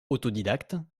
autodidacte